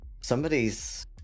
Somebody's